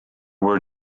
were